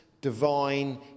divine